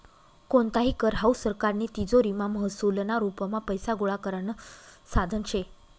कोणताही कर हावू सरकारनी तिजोरीमा महसूलना रुपमा पैसा गोळा करानं साधन शे